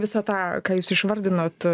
visą tą ką jūs išvardinot